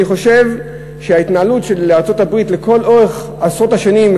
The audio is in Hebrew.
אני חושב שההתנהלות של ארצות-הברית לכל אורך עשרות השנים,